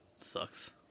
sucks